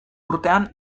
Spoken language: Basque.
urtean